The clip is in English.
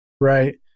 Right